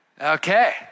Okay